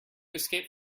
escape